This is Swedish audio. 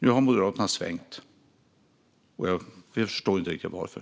Nu har Moderaterna svängt, och jag förstår inte riktigt varför.